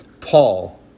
Paul